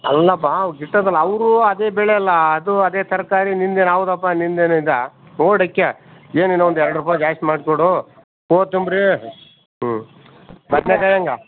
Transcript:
ಅಲ್ಲಪ್ಪ ಗಿಟ್ಟದಿಲ್ಲ ಅವರು ಅದೇ ಬೆಳೆ ಅಲ್ಲ ಅದು ಅದೇ ತರಕಾರಿ ನಿಂದೇನು ಹೌದಪ್ಪ ನಿಂದೇನು ಇದು ಏನು ಇನ್ನೊಂದು ಎರಡು ರೂಪಾಯಿ ಜಾಸ್ತಿ ಮಾಡಿ ಕೊಡು ಕೊತ್ತುಂಬ್ರಿ ಹ್ಞೂ ಬದ್ನೆಕಾಯಿ ಹೆಂಗ